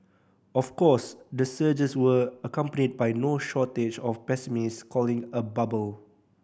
of course the surges were accompanied by no shortage of pessimists calling a bubble